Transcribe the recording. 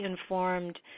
informed